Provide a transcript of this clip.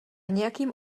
nějakým